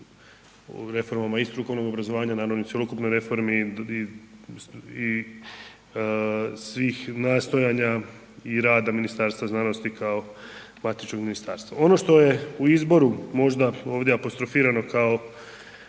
i reformama i strukovnog obrazovanja, naravno i cjelokupnoj reformi i svih nastojanja i rada Ministarstva znanosti kao matičnog ministarstva. Ono što je u izboru možda ovdje apostrofirano kao